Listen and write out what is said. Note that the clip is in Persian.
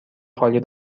خالی